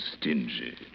stingy